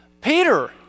Peter